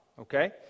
okay